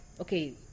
okay